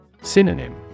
Synonym